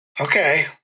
Okay